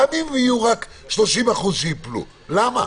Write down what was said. גם אם יהיו רק 30% שייפלו למה?